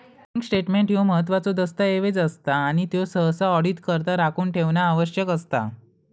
bank statement ह्यो महत्त्वाचो दस्तऐवज असता आणि त्यो सहसा ऑडिटकरता राखून ठेवणा आवश्यक असता